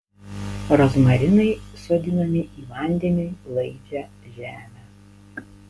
rozmarinai sodinami į vandeniui laidžią žemę